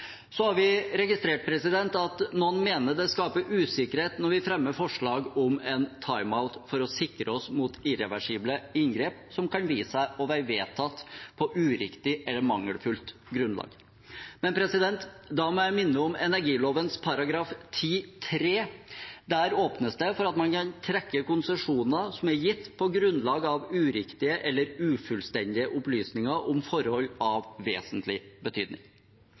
Så har vi registrert at noen mener det skaper usikkerhet når vi fremmer forslag om en timeout for å sikre oss mot irreversible inngrep som kan vise seg å være vedtatt på uriktig eller mangelfullt grunnlag. Men da må jeg minne om energiloven § 10-3. Der åpnes det for at man kan trekke konsesjoner som er gitt på grunnlag av uriktige eller ufullstendige opplysninger om forhold av vesentlig betydning.